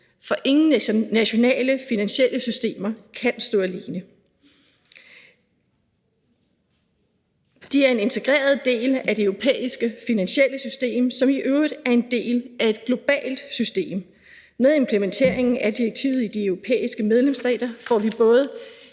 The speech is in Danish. For ingen internationale finansielle systemer kan stå alene. De er en integreret del af det europæiske finansielle system, som i øvrigt er en del af et globalt system. Med implementeringen af direktivet i de europæiske medlemsstater får vi et